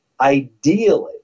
Ideally